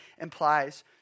implies